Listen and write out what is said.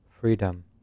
freedom